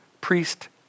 Priest